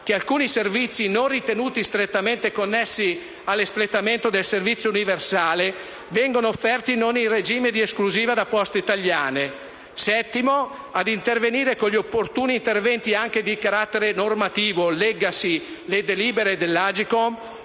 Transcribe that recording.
che alcuni servizi, non ritenuti strettamente connessi all'espletamento del servizio universale, vengano offerti non in regime di esclusiva da Poste italiane; 7) intervenire con gli opportuni strumenti, anche di carattere normativo - leggasi delibere dell'Agcom